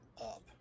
up